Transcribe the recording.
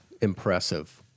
impressive